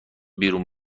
بیرون